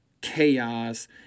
chaos